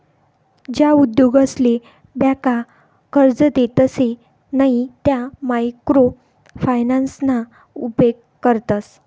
ज्या उद्योगसले ब्यांका कर्जे देतसे नयी त्या मायक्रो फायनान्सना उपेग करतस